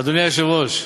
אדוני היושב-ראש,